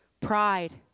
pride